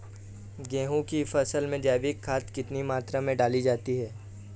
गेहूँ की फसल में जैविक खाद कितनी मात्रा में डाली जाती है?